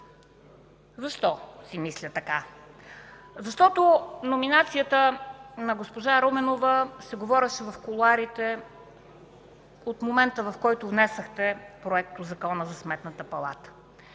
Защо си мисля така? Защото за номинацията на госпожа Руменова се говореше в кулоарите от момента, в който внесохте Проектозакона за Сметната палата,